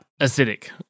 acidic